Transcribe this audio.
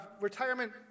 retirement